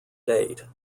date